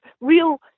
real